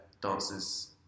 dancers